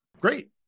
Great